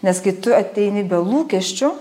nes kai tu ateini be lūkesčių